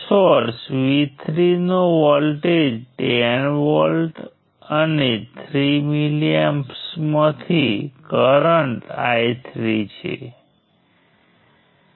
તેથી N ઓછા 1 KCL equations B ઓછા N વત્તા 1 KVL ઈક્વેશન્સ અને આ બે મળીને આપણને B ઈક્વેશન્સ આપશે